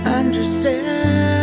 understand